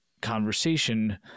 conversation